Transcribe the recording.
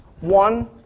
One